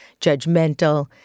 judgmental